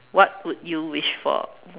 what would you wish for